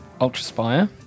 Ultraspire